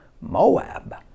Moab